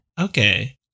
Okay